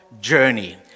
Journey